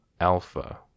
alpha